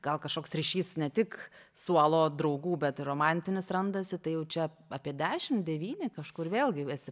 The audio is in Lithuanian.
gal kažkoks ryšys ne tik suolo draugų bet ir romantinis randasi tai jau čia apie dešimt devyni kažkur vėlgi esi